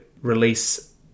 release